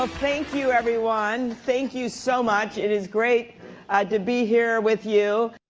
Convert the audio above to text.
ah thank you everyone. thank you so much. it is great to be here with you.